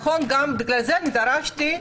בגלל זה דרשתי,